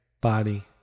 body